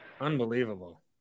Unbelievable